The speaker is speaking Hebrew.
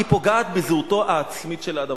היא פוגעת בזהותו העצמית של האדם,